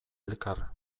elkar